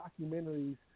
documentaries